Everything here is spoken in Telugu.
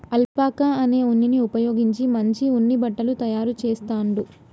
అల్పాకా అనే ఉన్నిని ఉపయోగించి మంచి ఉన్ని బట్టలు తాయారు చెస్తాండ్లు